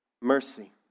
mercy